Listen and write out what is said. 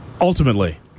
Ultimately